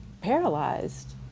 paralyzed